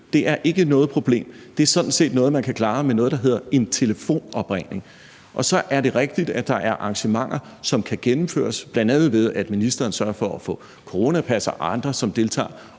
Det er ikke noget problem. Det er sådan set noget, man kan klare med noget, der hedder en telefonopringning. Og så er det rigtigt, at der er arrangementer, som kan gennemføres, bl.a. ved at ministeren sørger for at få coronapas og for, at andre, som deltager,